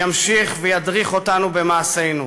ימשיך וידריך אותנו במעשינו.